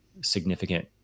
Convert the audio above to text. significant